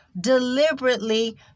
deliberately